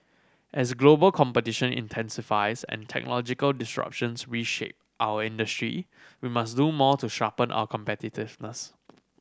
as global competition intensifies and technological disruptions reshape our industry we must do more to sharpen our competitiveness